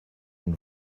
and